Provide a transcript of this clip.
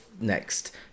next